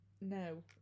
no